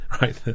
right